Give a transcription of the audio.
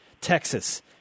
Texas